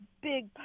big